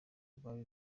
rwari